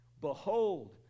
Behold